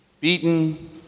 beaten